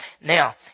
Now